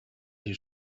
hagi